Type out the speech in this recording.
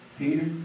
Peter